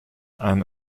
einen